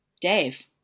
Dave